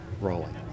rolling